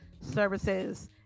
services